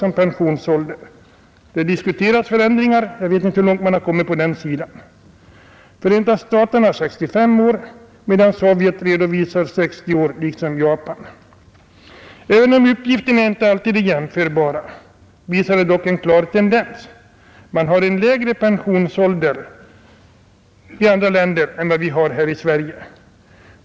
Förändringar diskuteras, men jag vet inte hur långt man har hunnit. I Förenta staterna är pensionsåldern 65 år, medan man i Sovjet liksom Japan redovisar 60 år för pension. Även om uppgifterna inte alltid är jämförbara visar de dock en klar tendens — man har en lägre pensionsålder i många länder än vi i Sverige.